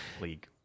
league